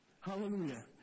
Hallelujah